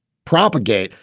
propagate.